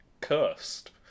cursed